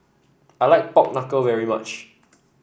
I like Pork Knuckle very much